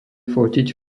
fotiť